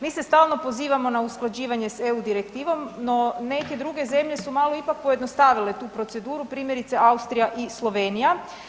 Mi se stalno pozivamo na usklađivanje s EU direktivom, no neke druge zemlje su malo ipak pojednostavile tu proceduru, primjerice Austrija i Slovenija.